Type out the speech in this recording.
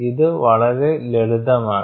ഇത് വളരെ ലളിതമാണ്